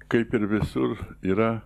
kaip ir visur yra